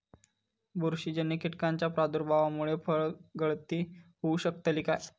बुरशीजन्य कीटकाच्या प्रादुर्भावामूळे फळगळती होऊ शकतली काय?